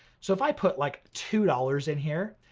so if i put like two dollars in here,